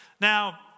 Now